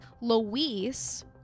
Louise